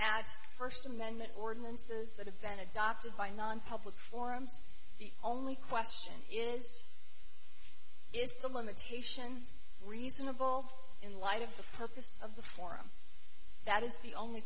at first amendment ordinances that have been adopted by nonpublic forums the only question is is the limitation reasonable in light of the purpose of the forum that is the only